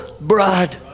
bride